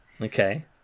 Okay